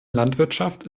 landwirtschaft